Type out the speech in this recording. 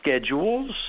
schedules